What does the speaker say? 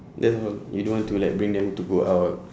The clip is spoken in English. that's all you don't want to like bring them to go out